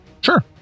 Sure